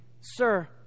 sir